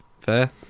fair